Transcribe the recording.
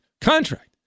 contract